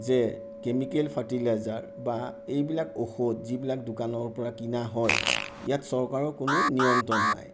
যে chemical fertiliser বা এইবিলাক ঔষধ যিবিলাক দোকানৰ পৰা কিনা হয় ইয়াত চৰকাৰৰ কোনো নিয়ন্ত্ৰণ নাই